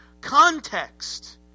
context